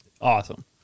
awesome